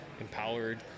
empowered